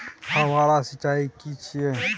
फव्वारा सिंचाई की छिये?